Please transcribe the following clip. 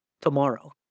Tomorrow